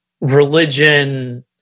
religion